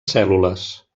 cèl·lules